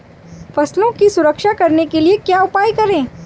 फसलों की सुरक्षा करने के लिए क्या उपाय करें?